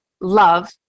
love